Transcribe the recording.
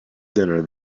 dinner